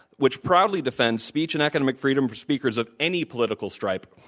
which proudly defends speech and academic freedom for speakers of any political stripe.